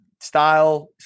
style